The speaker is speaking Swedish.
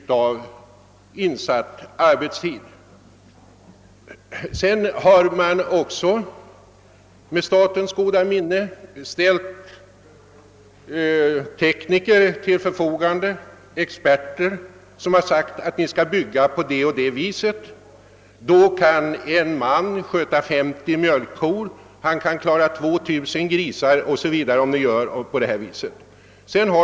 Med statens goda minne har man också ställt tekniker till förfogande, experter som sagt att jordbrukarna skall bygga så och så för att en man skall kunna sköta t.ex. 50 mjölkkor, klara av 2 000 grisar o. s. Vv.